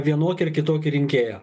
vienokį ar kitokį rinkėją